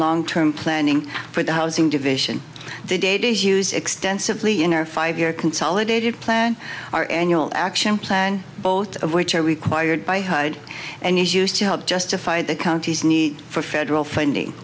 long term planning for the housing division the data is used extensively in our five year consolidated plan our annual action plan both of which are required by hood and is used to help justify the county's need for federal funding